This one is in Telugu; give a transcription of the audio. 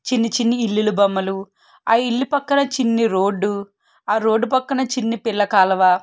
చిన్ని చిన్ని ఇళ్ళ బొమ్మలు ఆ ఇల్లు ప్రక్కన చిన్ని రోడ్డు ఆ రోడ్డు ప్రక్కన చిన్ని పిల్ల కాలువ